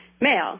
Male